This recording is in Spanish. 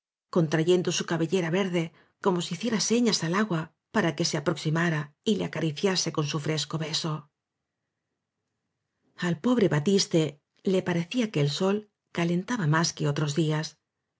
contrayendo su cabellera verde como si hiciera señas al agua para que se aproximara y le acariciase con su fresco beso al pobre batiste le parecía que el sol calentaba más que otros días